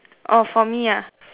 oh for me ah